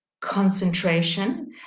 concentration